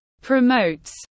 promotes